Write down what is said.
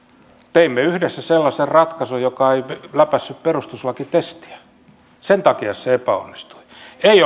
teimme yhdessä sellaisen ratkaisun joka ei läpäissyt perustuslakitestiä sen takia se epäonnistui ei